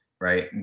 Right